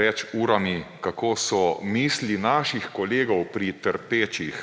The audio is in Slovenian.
več urami, kako so misli naših kolegov pri trpečih.